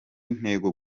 intego